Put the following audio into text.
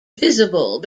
visible